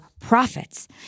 Profits